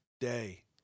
day